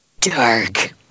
dark